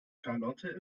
charlotte